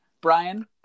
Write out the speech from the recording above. Brian